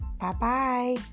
Bye-bye